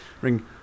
ring